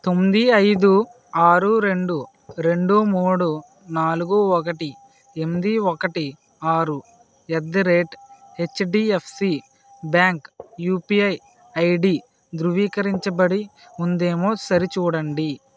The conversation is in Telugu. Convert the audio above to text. తొంది ఐదు ఆరు రెండు రెండు మూడు నాలుగు ఒకటి ఎంది ఒకటి ఆరు at the rate HDFC bank UPI ID ధృవీకరించబడి ఉందేమో సరిచూడండి